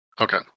Okay